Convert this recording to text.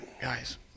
guys